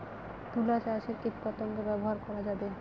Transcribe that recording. তুলা চাষে কীটপতঙ্গ ব্যবহার করা যাবে?